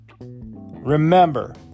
Remember